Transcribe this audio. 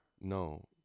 No